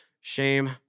shame